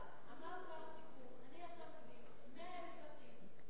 אמר שר השיכון: אני עכשיו מביא 100,000 בתים,